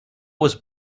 was